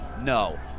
no